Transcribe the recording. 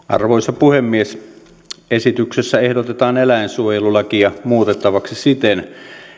arvoisa puhemies esityksessä ehdotetaan eläinsuojelulakia muutettavaksi siten että